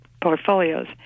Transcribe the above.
portfolios